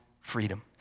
freedom